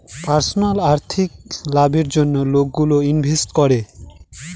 personal আর্থিক লাভের জন্য লোকগুলো ইনভেস্ট করে